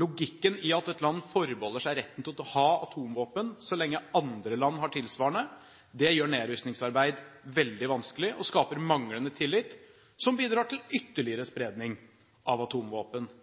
Logikken i at et land forbeholder seg retten til å ha atomvåpen så lenge andre land har tilsvarende, gjør nedrustningsarbeid veldig vanskelig og skaper manglende tillit, som bidrar til ytterligere spredning av atomvåpen. Det at Kina ble en atommakt, motiverte India til å utvikle sine atomvåpen,